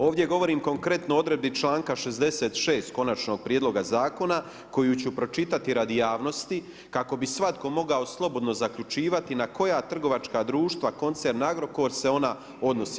Ovdje govorim konkretno o odredbi članka 66. konačnog prijedloga zakona koju ću pročitati radi javnosti kako bi svatko morao slobodno zaključivati na koja trgovačka društva koncern Agrokor se ona odnosi.